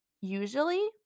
usually